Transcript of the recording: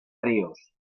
ríos